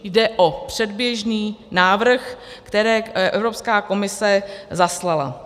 Jde o předběžný návrh, který Evropská komise zaslala.